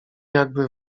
jakby